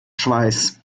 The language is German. schweiß